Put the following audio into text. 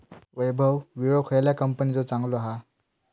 वैभव विळो खयल्या कंपनीचो चांगलो हा?